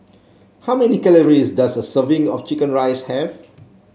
how many calories does a serving of chicken rice have